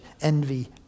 envy